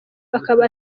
akaba